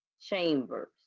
chambers